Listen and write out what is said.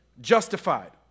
justified